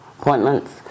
appointments